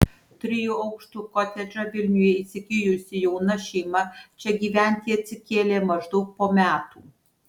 trijų aukštų kotedžą vilniuje įsigijusi jauna šeima čia gyventi atsikėlė maždaug po metų